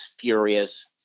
furious